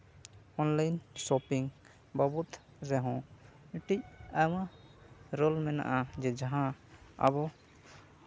online shopping ᱵᱟᱵᱚᱫ ᱨᱮᱦᱚᱸ ᱢᱤᱫᱴᱤᱡ ᱟᱭᱢᱟ ᱨᱳᱞ ᱢᱮᱱᱟᱜᱼᱟ ᱡᱮ ᱡᱟᱦᱟᱸ ᱟᱵᱚ